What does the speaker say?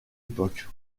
époque